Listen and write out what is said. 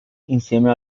insieme